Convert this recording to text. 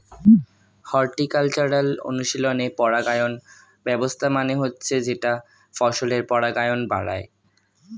horticultural অনুশীলনে পরাগায়ন ব্যবস্থা মানে হচ্ছে যেটা ফসলের পরাগায়ন বাড়ায়